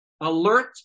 Alert